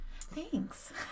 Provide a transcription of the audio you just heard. Thanks